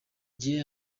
gihe